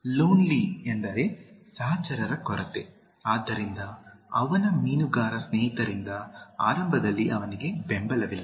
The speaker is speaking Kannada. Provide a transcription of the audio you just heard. ಲೋನ್ಲಿ ಎಂದರೆ ಸಹಚರರ ಕೊರತೆ ಆದ್ದರಿಂದ ಅವನ ಮೀನುಗಾರ ಸ್ನೇಹಿತರಿಂದ ಆರಂಭದಲ್ಲಿ ಅವನಿಗೆ ಬೆಂಬಲವಿಲ್ಲ